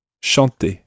Chanter